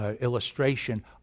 illustration